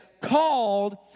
called